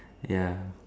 ya